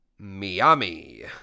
Miami